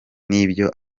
n’ibyo